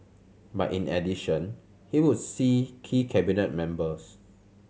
but in addition he would see key Cabinet members